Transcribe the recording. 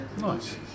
Nice